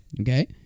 okay